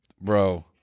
bro